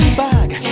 bag